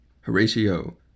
Horatio